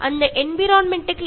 അത് എപ്പോഴും ഓർക്കുക